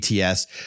ATS